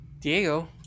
Diego